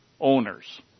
owners